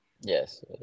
yes